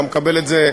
אתה מקבל את זה,